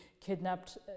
kidnapped